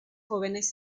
jóvenes